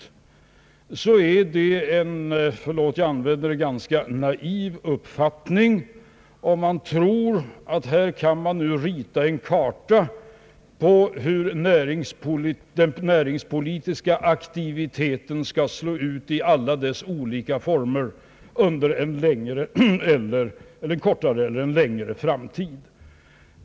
Förlåt om jag anser det vara en ganska naiv uppfattning om man tror att man nu kan rita en karta över hur den näringspolitiska aktiviteten i alla dess former skall se ut under en kortare eller längre framtid.